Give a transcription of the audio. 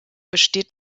besteht